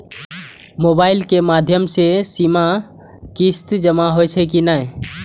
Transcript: Mobile के माध्यम से सीमा किस्त जमा होई छै कि नहिं?